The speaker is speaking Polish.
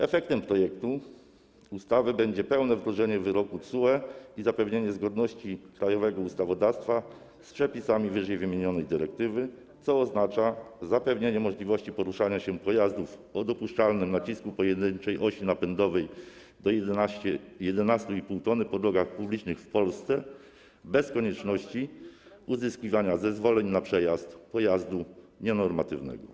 Efektem projektu ustawy będzie pełne wdrożenie wyroku TSUE i zapewnienie zgodności krajowego ustawodawstwa z przepisami ww. dyrektywy, co oznacza zapewnienie możliwości poruszania się pojazdów o dopuszczalnym nacisku pojedynczej osi napędowej do 11,5 t po drogach publicznych w Polsce bez konieczności uzyskiwania zezwoleń na przejazd pojazdu nienormatywnego.